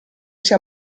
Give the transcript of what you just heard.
sia